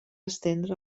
estendre